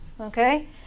Okay